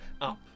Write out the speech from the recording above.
up